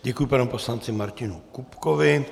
Děkuji panu poslanci Martinu Kupkovi.